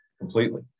completely